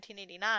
1989